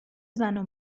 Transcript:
زنو